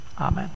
Amen